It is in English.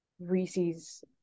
Reese's